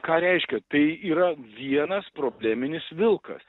ką reiškia tai yra vienas probleminis vilkas